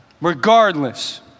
regardless